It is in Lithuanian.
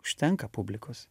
užtenka publikos